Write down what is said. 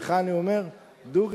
לך אני אומר דוגרי,